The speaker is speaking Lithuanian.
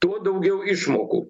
tuo daugiau išmokų